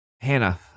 Hannah